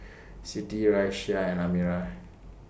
Sri Raisya and Amirah